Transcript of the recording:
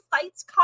fights